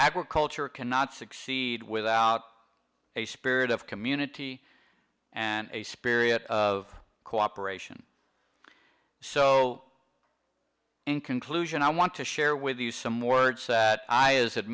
agriculture cannot succeed without a spirit of community and a spirit of cooperation so in conclusion i want to share with you some words that i as